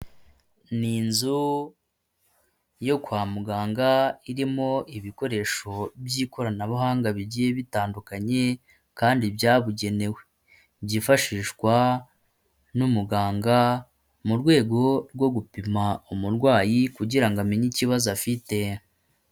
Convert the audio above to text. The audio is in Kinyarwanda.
Ni inzu yo kwa muganga irimo ibikoresho by'ikoranabuhanga bigiye bitandukanye, kandi byabugenewe byifashishwa n'umuganga mu rwego rwo gupima umurwayi kugira amenye ikibazo afite.